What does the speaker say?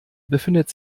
befindet